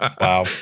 Wow